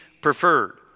preferred